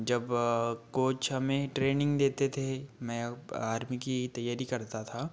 जब कोच हमें ट्रेनिंग देते थे मैं आर्मी की तैयारी करता था